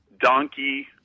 donkey